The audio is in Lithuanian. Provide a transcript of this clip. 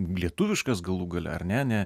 lietuviškas galų gale ar ne ne